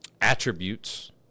attributes